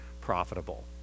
profitable